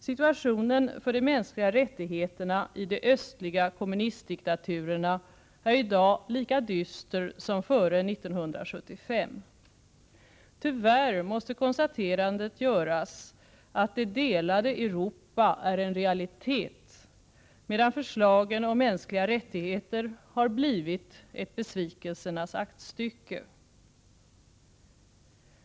Situationen för de mänskliga rättigheterna i de östliga kommunistdiktaturerna är i dag lika dyster som före 1975. Tyvärr måste konstaterandet göras att det delade Europa är en realitet, medan förslagen om mänskliga rättigheter har blivit ett besvikelsernas aktstycke.